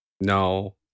No